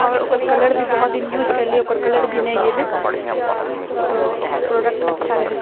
आओर ओकर कलर भी बहुत दिन यूज करलिऐ ओकर कलर भी नहि गेलै तऽ प्रॉडक्ट अच्छा रहए